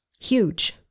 huge